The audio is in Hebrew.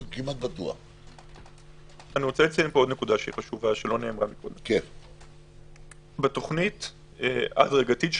עוד נקודה חשובה: בתוכנית ההדרגתית של